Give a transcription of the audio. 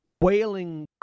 wailing